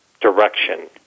direction